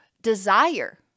desire